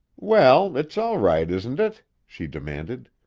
well, it's all right, isn't it? she demanded.